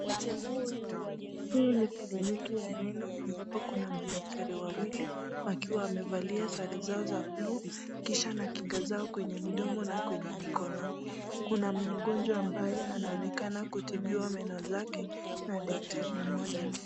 Hii ni kliniki ya meno, ambako Kuna madaktari wawili wakiwa wamevalia sare zao za buluu Kisha na kinga zao kwenye mdomo na kwenye mkononi. Kuna magojwa ambaye anaonekana kutibiwa meno zake na Daktari mmoja.